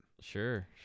Sure